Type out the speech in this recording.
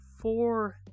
four